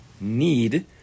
need